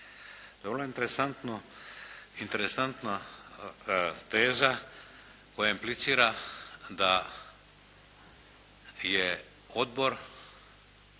vrlo interesantna teza koja implicira da je odbor